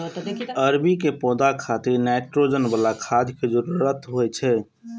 अरबी के पौधा खातिर नाइट्रोजन बला खाद के जरूरत होइ छै